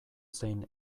zein